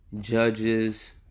judges